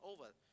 over